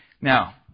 Now